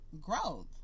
growth